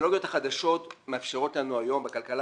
הטכנולוגיות החדשות מאפשרות לנו היום בכלכלה